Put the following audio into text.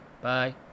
Bye